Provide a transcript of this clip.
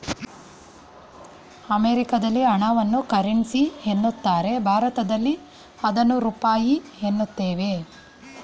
ಅಮೆರಿಕದಲ್ಲಿ ಹಣವನ್ನು ಕರೆನ್ಸಿ ಎನ್ನುತ್ತಾರೆ ಭಾರತದಲ್ಲಿ ಅದನ್ನು ರೂಪಾಯಿ ಎನ್ನುತ್ತೇವೆ